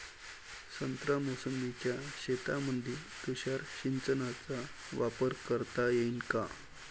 संत्रा मोसंबीच्या शेतामंदी तुषार सिंचनचा वापर करता येईन का?